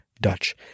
Dutch